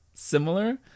similar